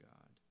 God